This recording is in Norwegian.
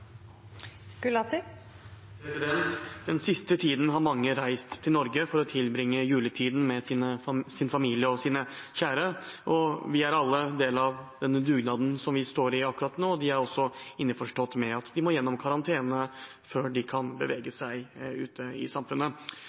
Den siste tiden har mange reist til Norge for å tilbringe juletiden med sin familie og sine kjære. De er alle en del av denne dugnaden som vi står i akkurat nå, og de er også innforstått med at de må gjennom karantene før de kan bevege seg ute i samfunnet.